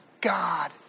God